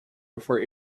before